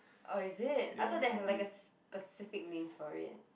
oh is it I thought they have like a specific name for it